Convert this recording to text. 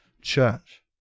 church